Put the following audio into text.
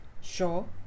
sure